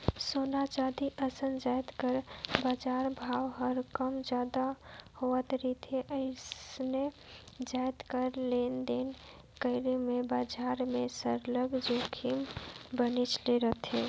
सोना, चांदी असन जाएत कर बजार भाव हर कम जादा होत रिथे अइसने जाएत कर लेन देन करई में बजार में सरलग जोखिम बनलेच रहथे